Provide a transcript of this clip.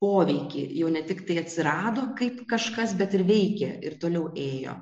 poveikį jau ne tiktai atsirado kaip kažkas bet ir veikia ir toliau ėjo